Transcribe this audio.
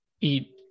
eat